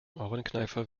ohrenkneifer